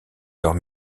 leurs